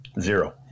Zero